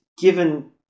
given